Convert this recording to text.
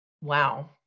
Wow